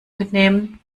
mitnehmen